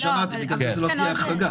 זה מה שאמרתי, בגלל זה זו לא תהיה החרגה.